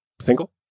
single